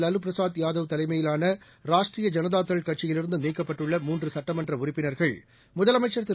வாலுபிரசாத் தலைமையிலான ராஷ்ட்ரீய ஜனதாதள் கட்சியிலிருந்துநீக்கப்பட்டுள்ள மூன்றுசட்டமன்றஉறுப்பினர்கள் முதலமைச்சர் திரு